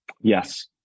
Yes